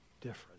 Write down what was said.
different